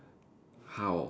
how